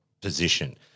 position